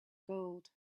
gold